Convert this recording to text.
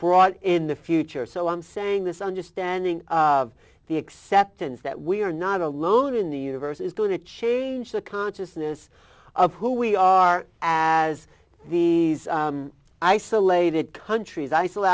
brought in the future so i'm saying this understanding of the acceptance that we are not alone in the universe is going to change the consciousness of who we are as the isolated countries